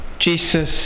Jesus